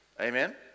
Amen